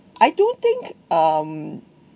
I don't think um